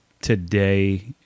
today